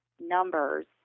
numbers